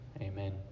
Amen